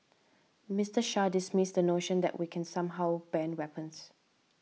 Mister Shah dismissed the notion that we can somehow ban weapons